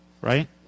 right